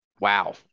Wow